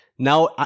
Now